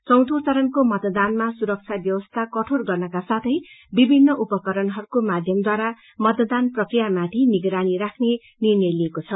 चौथो चरणको मतदान सुरक्षा व्यवस्था कठोर गर्नका साथै विभिन्न उपकरणहरूको माध्यमद्वारा मतदान प्रक्रियामाथि निगरानी राख्ने निर्णय लिइएको छ